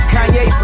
Kanye